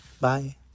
Bye